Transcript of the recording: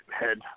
head